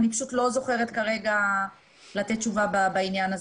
אני פשוט לא זוכרת כרגע לתת תשובה בעניין הזה.